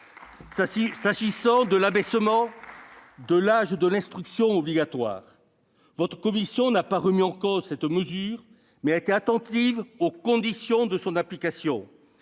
S'agissant de l'abaissement de l'âge de l'instruction obligatoire, votre commission n'a pas remis en cause cette mesure, mais elle a été attentive aux conditions de son application.